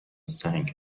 سنگ